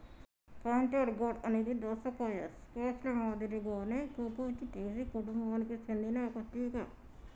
pointed gourd అనేది దోసకాయ, squash ల మాదిరిగానే కుకుర్చిటేసి కుటుంబానికి సెందిన ఒక తీగ